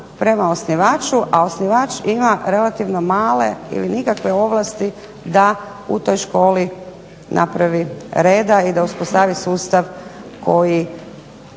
prema osnivaču, a osnivač ima relativno male ili nikakve ovlasti da u toj školi napravi reda i da uspostavi sustav koji